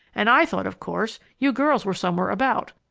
and i thought, of course, you girls were somewhere about.